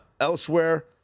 Elsewhere